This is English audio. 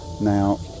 Now